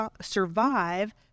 survive